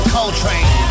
Coltrane